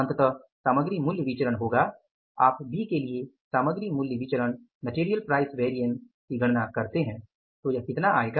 अंततः सामग्री मूल्य विचरण होगा आप बी के लिए सामग्री मूल्य विचरण MPV की गणना करते हैं तो यह कितना आएगा